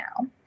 now